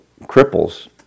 cripples